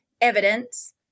evidence